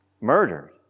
murdered